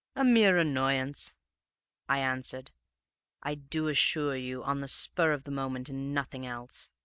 a mere annoyance i answered i do assure you on the spur of the moment and nothing else.